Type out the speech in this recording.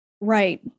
Right